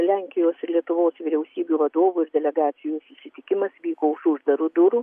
lenkijos ir lietuvos vyriausybių vadovus delegacijų susitikimas vyko už uždarų durų